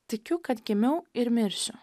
tikiu kad gimiau ir mirsiu